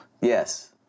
Yes